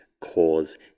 cause